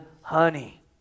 honey